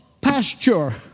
pasture